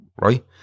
Right